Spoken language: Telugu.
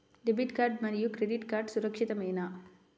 డెబిట్ కార్డ్ మరియు క్రెడిట్ కార్డ్ సురక్షితమేనా?